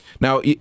now